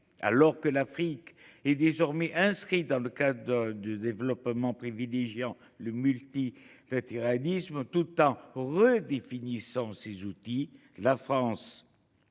Alors que l’Afrique est désormais inscrite dans un cadre de développement privilégiant le multilatéralisme tout en redéfinissant ses outils, la France